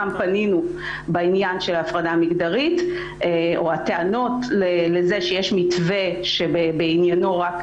פנינו בעניין של ההפרדה המגדרית או הטענות לזה שיש מתווה שבעניינו רק